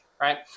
right